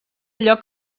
lloc